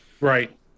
Right